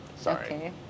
Sorry